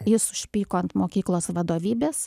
jis užpyko ant mokyklos vadovybės